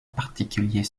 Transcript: particulier